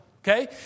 Okay